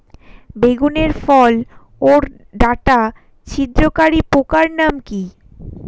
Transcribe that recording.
বেগুনের ফল ওর ডাটা ছিদ্রকারী পোকার নাম কি?